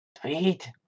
Sweet